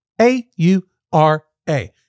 A-U-R-A